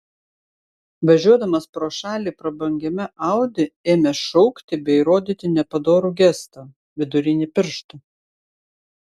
važiuodamas pro šalį prabangiame audi ėmė šaukti bei rodyti nepadorų gestą vidurinį pirštą